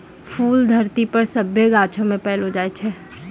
फूल धरती पर सभ्भे गाछौ मे पैलो जाय छै